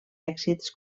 èxits